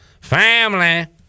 Family